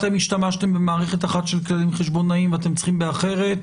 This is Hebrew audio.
אתם השתמשתם במערכת אחת של כללים חשבונאיים ואתם צריכים באחרת,